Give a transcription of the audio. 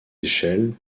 échelles